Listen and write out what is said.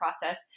process